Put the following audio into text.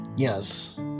Yes